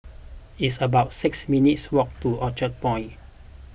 it's about six minutes' walk to Orchard Point